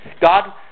God